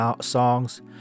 songs